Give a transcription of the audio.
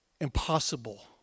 impossible